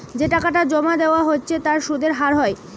যে টাকাটা জোমা দিয়া হচ্ছে তার সুধের হার হয়